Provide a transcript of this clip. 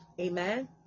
amen